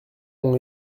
m’ont